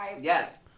Yes